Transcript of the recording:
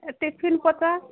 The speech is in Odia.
ଏ ଟିଫିନ୍ ପଚାଶ